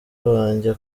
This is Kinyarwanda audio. wanjye